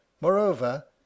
moreover